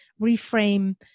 reframe